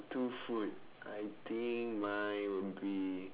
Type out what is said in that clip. two food I think mine will be